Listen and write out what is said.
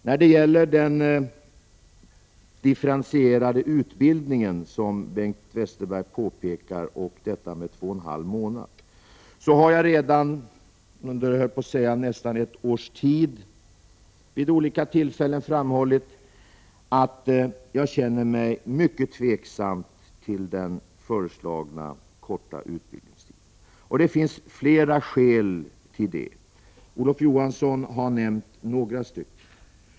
Beträffande den differentierade utbildningen, med en utbildningstid på 2,5 månader, som Bengt Westerberg talar om, har jag redan under nästan ett års tid vid olika tillfällen framhållit att jag känner mig mycket tveksam till den föreslagna korta utbildningstiden. Det finns flera skäl till detta. Olof Johansson har nämnt några.